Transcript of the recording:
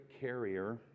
carrier